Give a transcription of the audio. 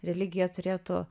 religija turėtų